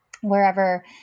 Wherever